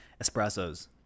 Espressos